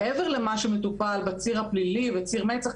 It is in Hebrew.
מעבר למה שמטופל בציר הפלילי או בציר מצ"ח,